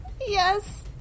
yes